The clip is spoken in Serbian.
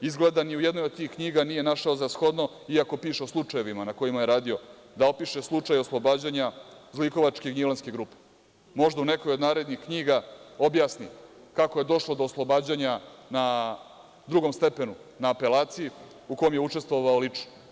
Izgleda ni u jednoj od tih knjiga nije našao za shodno, i ako piše o sučajevima na kojima je radio, da opiše slučaj oslobađanja zlikovačke Gnjilanske grupe, možda u nekoj od narednih knjiga objasni kako je došlo do oslobađanja na drugom stepenu, na apelaciji, u kome je učestvovao lično.